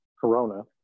Corona